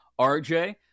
RJ